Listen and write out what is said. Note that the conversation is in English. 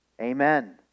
Amen